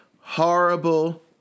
horrible